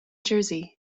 jersey